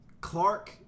Clark